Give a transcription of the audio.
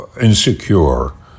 insecure